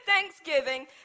thanksgiving